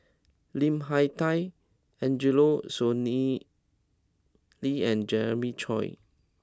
Lim Hak Tai Angelo Sanelli lee and Jeremiah Choy